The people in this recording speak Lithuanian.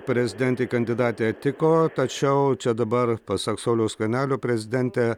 prezidentei kandidatė tiko tačiau čia dabar pasak sauliaus skvernelio prezidentė